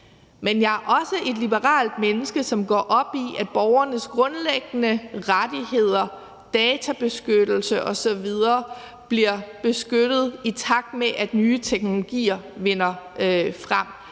Men jeg er også et liberalt menneske, der går op i, at borgernes grundlæggende rettigheder, databeskyttelse osv. bliver beskyttet, i takt med at nye teknologier vinder frem.